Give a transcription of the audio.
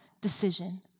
decision